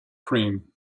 cream